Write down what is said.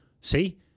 see